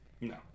No